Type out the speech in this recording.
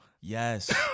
Yes